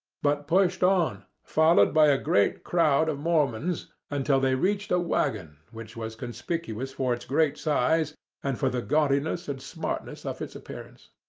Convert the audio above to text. but pushed on, followed by a great crowd of mormons, until they reached a waggon, which was conspicuous for its great size and for the gaudiness and smartness of its appearance.